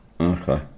Okay